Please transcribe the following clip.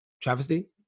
travesty